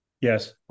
Yes